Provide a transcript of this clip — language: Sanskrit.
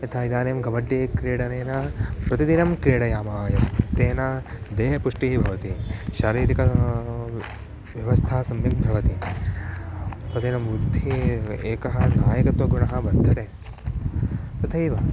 यथा इदानीं कबड्डी क्रीडनेन प्रतिदिनं क्रीडयाम यत् तेन देहपुष्टिः भवति शारीरिकी व्यवस्था सम्यक् भवति तदेव बुद्धिः एकः नायकत्वगुणः वर्धते तथैव